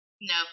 No